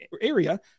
area